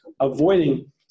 avoiding